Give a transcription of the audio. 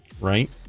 right